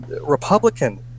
Republican